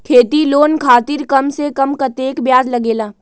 खेती लोन खातीर कम से कम कतेक ब्याज लगेला?